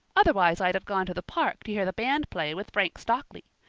otherwise i'd have gone to the park to hear the band play with frank stockley.